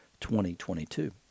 2022